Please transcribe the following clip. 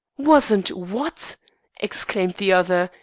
wasn't what exclaimed the other,